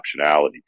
optionality